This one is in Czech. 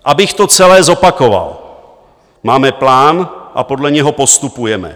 Abych to celé zopakoval: Máme plán a podle něj postupujeme.